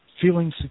feeling